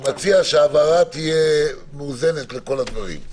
אני מציע שההבהרה תהיה מאוזנת לכל הדברים.